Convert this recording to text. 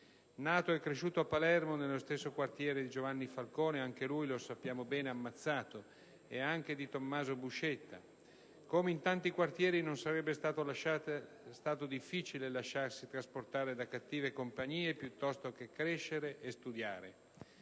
Nato e cresciuto a Palermo nello stesso quartiere di Giovanni Falcone - anche lui, lo sappiamo bene, ammazzato - e anche di Tommaso Buscetta, come in tanti quartieri non sarebbe stato difficile lasciarsi trasportare da cattive compagnie, piuttosto che crescere e studiare.